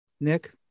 Nick